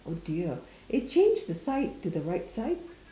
oh dear eh change the side to the right side